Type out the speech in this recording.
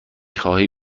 خوای